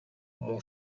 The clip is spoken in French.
mon